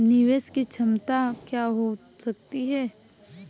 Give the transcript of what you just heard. निवेश की क्षमता क्या हो सकती है?